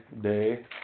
day